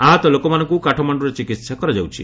ଆହତ ଲୋକମାନଙ୍କୁ କାଠମାଣ୍ଡୁରେ ଚିକିତ୍ସା କରାଯାଉଛି